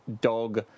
Dog